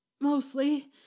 mostly